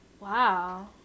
Wow